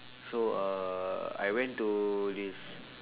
so uh I went to this